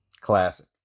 Classic